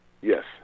Yes